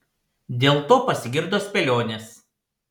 dėl to pasigirdo spėlionės